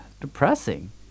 depressing